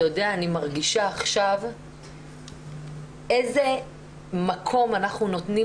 אני מרגישה עכשיו איזה מקום אנחנו נותנים